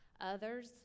others